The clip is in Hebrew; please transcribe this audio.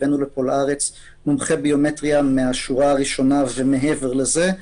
הבאנו לארץ מומחה ביומטריה מהשורה הראשונה ומעבר לזה.